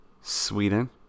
Sweden